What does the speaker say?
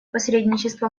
посредничество